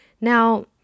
Now